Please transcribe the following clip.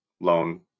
loan